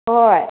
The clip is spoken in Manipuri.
ꯍꯣꯏ